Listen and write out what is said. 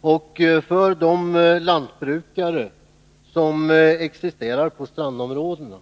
och för de lantbrukare som existerar på strandområdena.